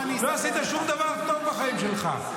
לא עשית שום דבר טוב בחיים שלך,